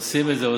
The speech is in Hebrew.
עושים את זה.